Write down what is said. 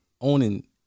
owning